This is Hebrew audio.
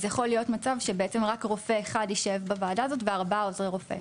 אז יכול להיות מצב שרק רופא אחד ישב בוועדה הזאת וארבעה עוזרי רופא.